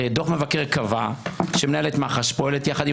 הרי דוח המבקר קבע שמנהלת מח"ש פועלת יחד עם